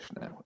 now